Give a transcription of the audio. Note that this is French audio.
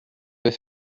vais